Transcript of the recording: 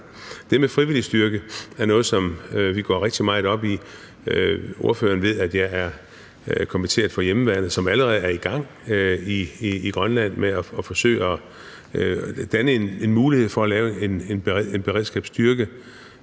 Det med en frivillig styrke er noget, som vi går rigtig meget op i. Ordføreren ved, at jeg er kommitteret for hjemmeværnet, som allerede er i gang i Grønland med at forsøge at danne en mulighed for at lave en beredskabsstyrke